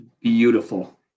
beautiful